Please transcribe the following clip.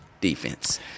defense